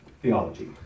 theology